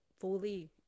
fully